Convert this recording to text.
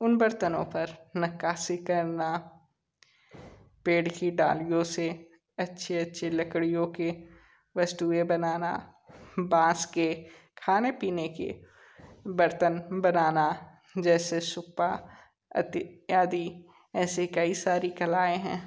उन बर्तनों पर नकाशी करना पेड़ की डालियों से अच्छे अच्छे लड़कियों के वस्तुएं बनाना बाँस के खाने पीने के बर्तन बनाना जैसे सुप्पा अतियादि ऐसे कई सारी कलाएँ हैं